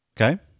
Okay